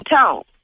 tone